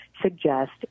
suggest